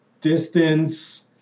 distance